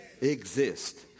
exist